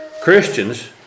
Christians